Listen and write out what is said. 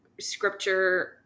Scripture